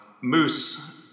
Moose